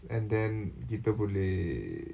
and then kita boleh